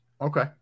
okay